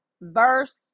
verse